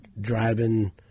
driving